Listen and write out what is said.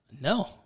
No